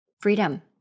Freedom